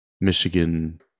Michigan